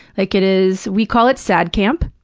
like, it is we call it sad camp.